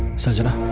sanjana!